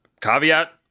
Caveat